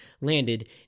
landed